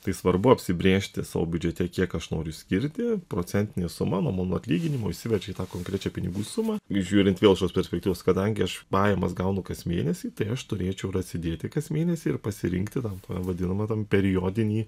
tai svarbu apsibrėžti savo biudžete kiek aš noriu skirti procentinę sumą nuo mano atlyginimo išsiverčia į tą konkrečią pinigų sumą žiūrint vėl iš tos perspektyvos kadangi aš pajamas gaunu kas mėnesį tai aš turėčiau ir atsidėti kas mėnesį ir pasirinkti tą vadinamą tam periodinį